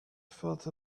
felt